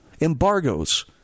embargoes